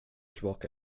tillbaka